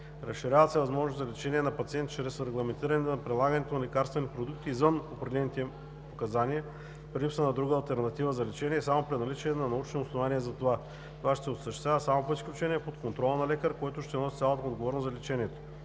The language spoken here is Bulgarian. Разширяват се възможностите за лечение на пациентите чрез регламентиране на прилагането на лекарствени продукти извън определените им показания при липса на друга алтернатива за лечение и само при наличие на научни основания за това. Това ще се осъществява само по изключение под контрола на лекар, който ще носи цялата отговорност за лечението.